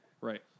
Right